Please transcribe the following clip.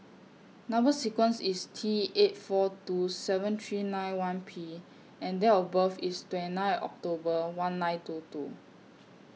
Number sequence IS T eight four two seven three nine one P and Date of birth IS twenty nine October one nine two two